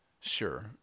Sure